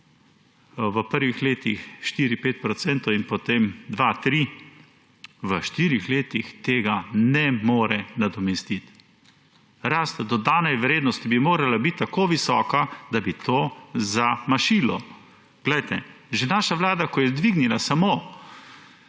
v prvih letih 4, 5 procentov in potem 2, 3. V štirih letih tega ne more nadomestiti. Rast dodane vrednosti bi morala biti tako visoka, da bi to zamašili. Glejte, še naša vlada, ko je dvignila samo